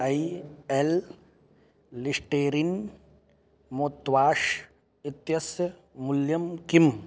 I एल् Listerine mouthwash इत्यस्य मुल्यं किम्